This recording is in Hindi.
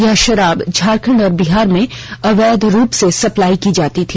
यह शराब झारखंड और बिहार में अवैध रूप से सप्लाई की जाती है